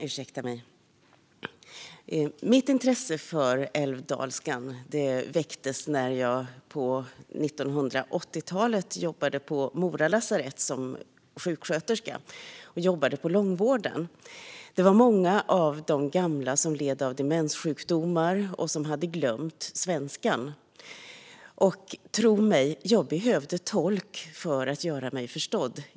Fru talman! Mitt intresse för älvdalskan väcktes när jag på 1980-talet jobbade på Mora lasarett som sjuksköterska i långvården. Många av de gamla led av demenssjukdomar och hade glömt svenskan. Tro mig, jag behövde tolk för att göra mig förstådd.